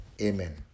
Amen